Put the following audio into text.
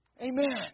Amen